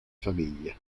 famiglia